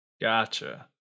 Gotcha